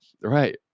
right